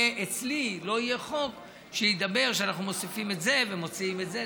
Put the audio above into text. אצלי לא יהיה חוק שידבר על כך שאנחנו מוסיפים את זה ומוציאים את זה.